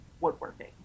woodworking